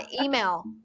email